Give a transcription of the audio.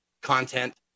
content